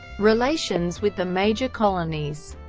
relations with the major colonies